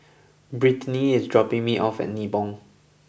Brittni is dropping me off at Nibong